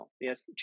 yes